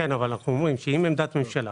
אם עמדת ממשלה